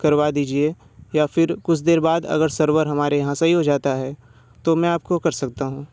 करवा दीजिए या फिर कुछ देर बाद अगर सर्वर हमारे यहाँ सही हो जाता है तो मैं आप को कर सकता हूँ